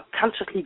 consciously